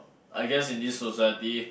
I guess in this society